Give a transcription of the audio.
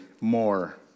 more